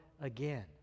again